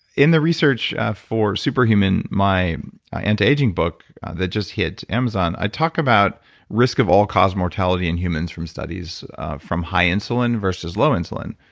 in the research for super human, my anti-aging book that just hit amazon, i talk about risk of all cause mortality in humans from studies from high insulin versus low insulin.